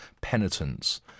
penitence